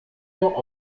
nur